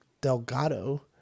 Delgado